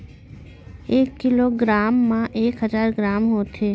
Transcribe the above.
एक kilogram मा एक हजार ग्राम होथे